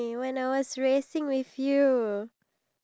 no what have you done towards me